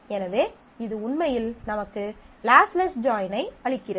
எனவே இது உண்மையில் நமக்கு லாஸ்லெஸ் ஜாயினை அளிக்கிறது